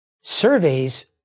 Surveys